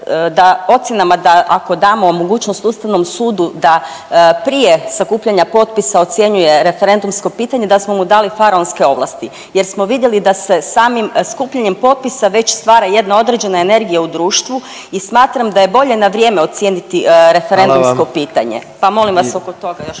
da ocjenama, da ako damo mogućnost ustavnom sudu da prije sakupljanja potpisa ocjenjuje referendumsko pitanje da smo mu dali faraonske ovlasti jer smo vidjeli da se samim skupljanjem potpisa već stvara jedna određena energija u društvu i smatram da je bolje na vrijeme ocijeniti …/Upadica predsjednik: Hvala vam/…referendumsko pitanje, pa molim vas oko toga još.